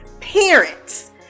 parents